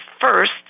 first